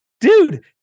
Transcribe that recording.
dude